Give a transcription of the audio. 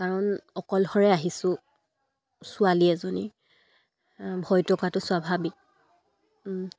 কাৰণ অকলশৰে আহিছোঁ ছোৱালী এজনী ভয় থকাটো স্বাভাৱিক